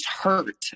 hurt